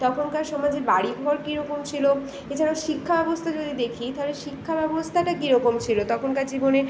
তখনকার সমাজে বাড়ি ঘর কীরকম ছিল এছাড়াও শিক্ষাব্যবস্থা যদি দেখি তাহলে শিক্ষাব্যবস্থাটা কীরকম ছিল তখনকার জীবনে